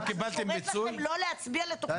אני קוראת לכם לא להצביע לתכנית --- טלי